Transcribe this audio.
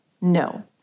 No